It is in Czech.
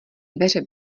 dveře